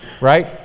Right